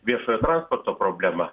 viešojo transporto problemą